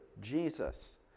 Jesus